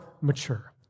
mature